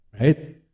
Right